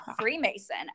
Freemason